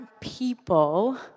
people